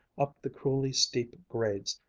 up the cruelly steep grades,